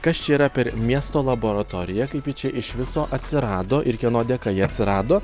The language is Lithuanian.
kas čia yra per miesto laboratorija kaip ji čia iš viso atsirado ir kieno dėka ji atsirado